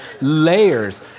layers